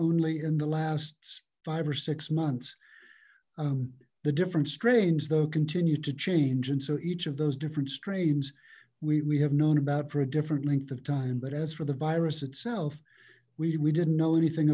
only in the last five or six months the different strains though continue to change and so each of those different strains we have known about for a different length of time but as for the virus itself we didn't know anything